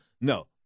No